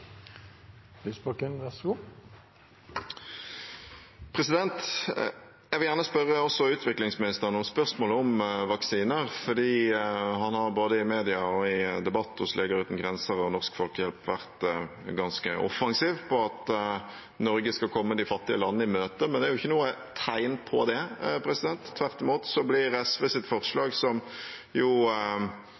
Jeg vil gjerne stille også utviklingsministeren noen spørsmål om vaksiner, for han har både i media og i debatt hos Leger Uten Grenser og Norsk Folkehjelp vært ganske offensiv på at Norge skal komme de fattige landene i møte. Men det er jo ikke noen tegn til det. Tvert imot blir SVs forslag, som